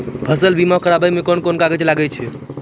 फसल बीमा कराबै मे कौन कोन कागज लागै छै?